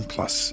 Plus